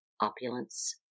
opulence